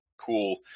cool